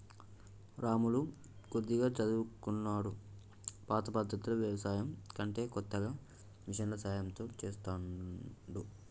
రాములు కొద్దిగా చదువుకున్నోడు పాత పద్దతిలో వ్యవసాయం కంటే కొత్తగా మిషన్ల సాయం తో చెస్తాండు